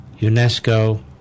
UNESCO